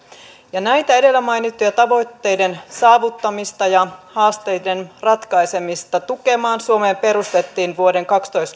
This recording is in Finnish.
näiden edellä mainittujen tavoitteiden saavuttamista ja haasteiden ratkaisemista tukemaan suomeen perustettiin vuoden kaksituhattakaksitoista